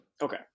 Okay